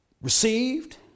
received